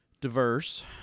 diverse